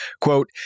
Quote